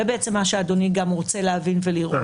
זה מה שאדוני גם רוצה להבין ולראות.